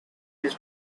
his